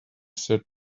said